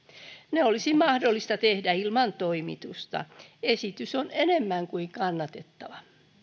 ne olisi mahdollista tehdä ilman toimitusta esitys on enemmän kuin kannatettava